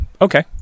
Okay